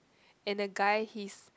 and the guy he's